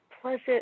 pleasant